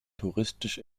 touristisch